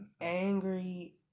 angry